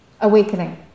awakening